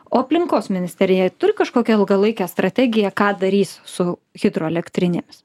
o aplinkos ministerija turi kažkokią ilgalaikę strategiją ką darys su hidroelektrinėmis